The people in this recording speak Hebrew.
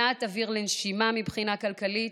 מעט אוויר לנשימה מבחינה כלכלית.